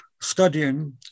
studying